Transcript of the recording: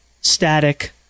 static